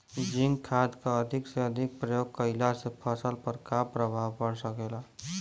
Zinc खाद क अधिक से अधिक प्रयोग कइला से फसल पर का प्रभाव पड़ सकेला?